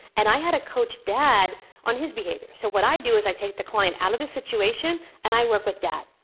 and i had to coach dad on his behavior. so what i do is i take the client out of the situation and i work with dad.